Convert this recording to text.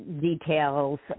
details